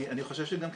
אני חושב שגם,